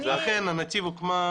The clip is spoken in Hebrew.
אכן, נתיב הוקמה